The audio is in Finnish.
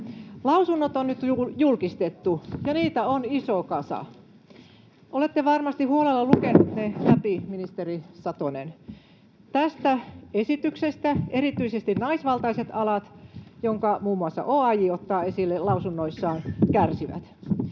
Lausunnot on nyt julkistettu, ja niitä on iso kasa. Olette varmasti huolella lukenut ne läpi, ministeri Satonen. Tästä esityksestä kärsivät erityisesti naisvaltaiset alat, minkä muun muassa OAJ ottaa esille lausunnoissaan. Miksi